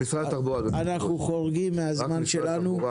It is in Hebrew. אנחנו חורגים מהזמן שלנו.